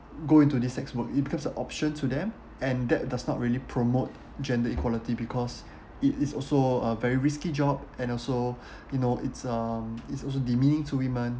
go into this sex work it becomes an option to them and that does not really promote gender equality because it is also a very risky job and also you know it's um it's also demeaning to women